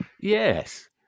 Yes